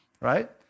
Right